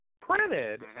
printed